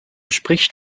spricht